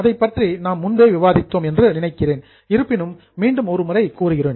அதைப்பற்றி நாம் முன்பே விவாதித்தோம் என்று நினைக்கிறேன் இருப்பினும் ரிப்பீட் மீண்டும் ஒரு முறை கூறுகிறேன்